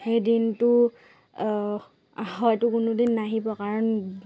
সেই দিনটো হয়তো কোনো দিন নাহিব কাৰণ